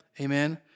Amen